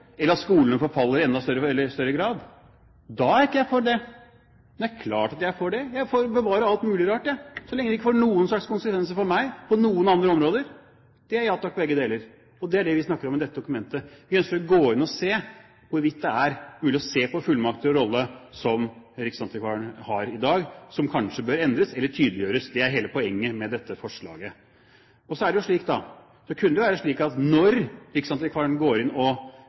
eller at skolene forfaller i enda større grad. Da er ikke jeg for det. Det er klart at jeg er for det – jeg er for å bevare alt mulig rart, jeg, så lenge det ikke får noen slags konsekvenser for meg på noen andre områder. Det er «ja takk, begge deler», og det er det vi snakker om i dette dokumentet. Vi ønsker å gå inn og se på hvorvidt det er mulig å se på de fullmakter og den rolle som riksantikvaren har i dag, som kanskje bør endres eller tydeliggjøres. Det er hele poenget med dette forslaget. Så kunne det jo være slik at når riksantikvaren går inn og